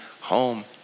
home